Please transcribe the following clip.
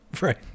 Right